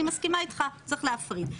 אני מסכימה איתך צריך להפריד.